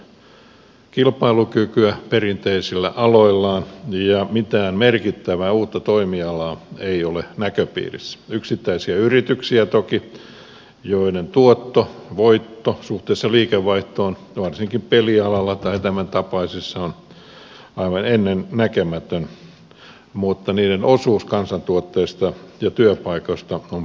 suomi on menettänyt kilpailukykyä perinteisillä aloillaan ja mitään merkittävää uutta toimialaa ei ole näköpiirissä yksittäisiä yrityksiä toki joiden tuotto voitto suhteessa liikevaihtoon varsinkin pelialalla tai tämän tapaisissa on aivan ennennäkemätön mutta niiden osuus kansantuotteesta ja työpaikoista on perin pieni